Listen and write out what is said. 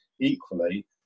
equally